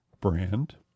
brand